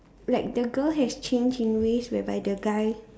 like the girl have changed in ways whereby the guy